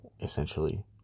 essentially